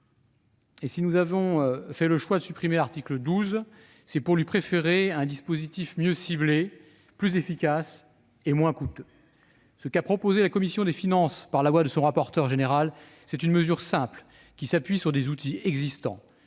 Si nous avons fait le choix de supprimer l'article 12, c'est pour lui préférer un dispositif mieux ciblé, plus efficace et moins coûteux. La commission des finances, par la voix de son rapporteur général, propose une mesure simple, qui s'appuie sur des outils existants